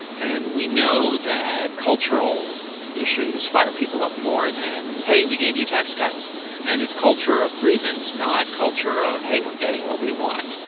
and we know that cultural issues fire people up more than hey we gave you tax cuts and its culture of grievance not culture of hey we're getting what we want.